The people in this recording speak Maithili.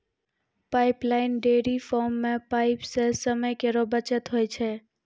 पाइपलाइन डेयरी फार्म म पाइप सें समय केरो बचत होय छै